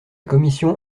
commission